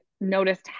noticed